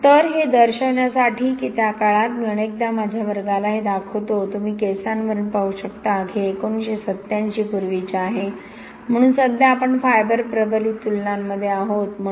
तर हे दर्शविण्यासाठी की त्या काळात मी अनेकदा माझ्या वर्गाला हे दाखवतो तुम्ही केसांवरून पाहू शकता की हे 1987 पूर्वीचे आहे म्हणून सध्या आपण फायबर प्रबलित तुलनामध्ये आहोत